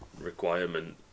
requirement